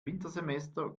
wintersemester